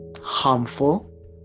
harmful